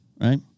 right